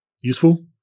useful